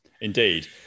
Indeed